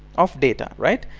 of data right?